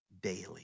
daily